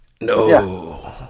No